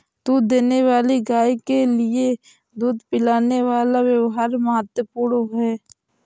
दूध देने वाली गाय के लिए दूध पिलाने का व्यव्हार महत्वपूर्ण है